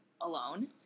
alone